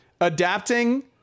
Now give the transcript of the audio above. adapting